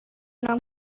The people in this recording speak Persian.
نام